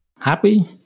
Happy